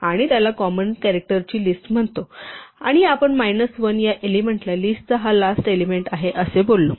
आणि त्याला कॉमन कॅरॅक्टरची लिस्ट म्हणतो आणि आपण मायनस 1 या एलिमेंटला लिस्टचा हा लास्ट एलिमेंट आहे असे बोललो